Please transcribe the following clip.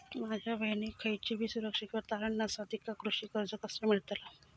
माझ्या बहिणीक खयचीबी सुरक्षा किंवा तारण नसा तिका कृषी कर्ज कसा मेळतल?